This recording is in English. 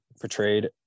portrayed